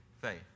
faith